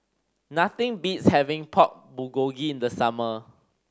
nothing beats having Pork Bulgogi in the summer